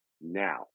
now